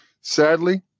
Sadly